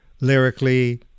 lyrically